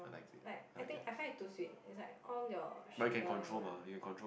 like I think I find it too sweet its like all your sugar in one